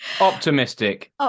Optimistic